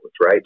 right